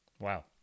Wow